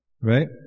right